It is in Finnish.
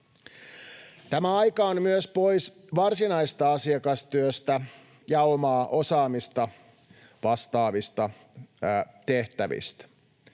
Tämä aika on myös pois varsinaisesta asiakastyöstä ja omaa osaamista vastaavista tehtävistä.